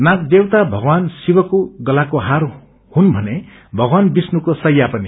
नाग देवता भगवान शिकको गलाको छार हुन भने भगवान विष्णुको शैष्याहपनि